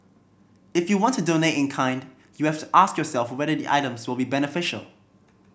if you want to donate in kind you have to ask yourself whether the items will be beneficial